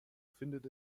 findet